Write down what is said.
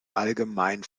allgemein